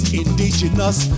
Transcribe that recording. indigenous